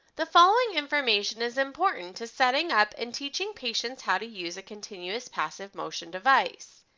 the following information is important to setting up and teaching patients how to use a continuous passive motion device.